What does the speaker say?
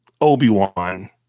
Obi-Wan